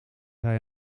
hij